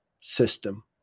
system